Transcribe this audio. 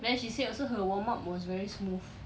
then she said also her warm up was very smooth